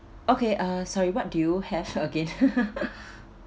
okay uh sorry what do you have again